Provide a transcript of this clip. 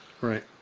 Right